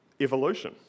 evolution